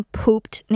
pooped